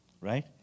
right